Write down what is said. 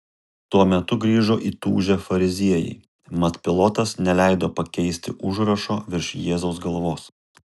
tuo metu grįžo įtūžę fariziejai mat pilotas neleido pakeisti užrašo virš jėzaus galvos